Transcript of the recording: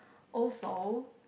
also